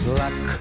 luck